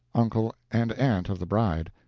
uncle and aunt of the bride.